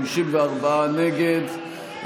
54 נגד,